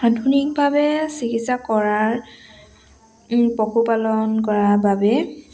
আধুনিকভাৱে চিকিৎসা কৰাৰ পশুপালন কৰাৰ বাবে